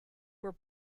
were